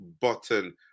button